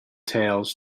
tales